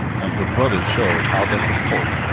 and her brother show'd how that the pope,